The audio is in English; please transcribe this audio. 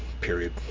period